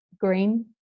green